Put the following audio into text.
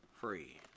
free